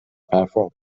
performed